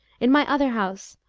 in my other house,